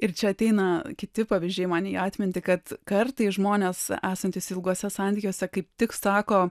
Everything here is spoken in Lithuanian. ir čia ateina kiti pavyzdžiai man į atmintį kad kartais žmonės esantys ilguose santykiuose kaip tik sako